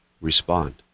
respond